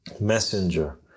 messenger